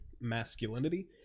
masculinity